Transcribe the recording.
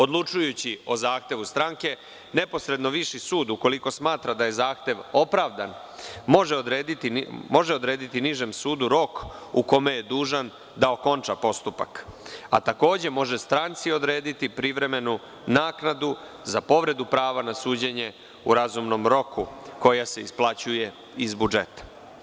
Odlučujući o zahtevu stranke, neposredno viši sud, ukoliko smatra da je zahtev opravdan, može odrediti nižem sudu rok u kome je dužan da okonča postupak, a takođe može stranci odrediti privremenu naknadu za povredu prava na suđenje u razumnom roku, koja se isplaćuje iz budžeta.